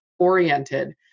oriented